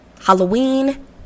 Halloween